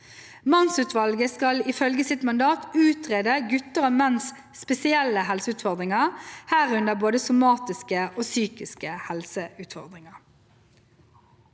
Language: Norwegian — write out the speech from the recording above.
Mannsutvalget skal ifølge sitt mandat utrede gutters og menns spesielle helseutfordringer, herunder både somatiske og psykiske helseutfordringer.